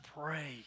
pray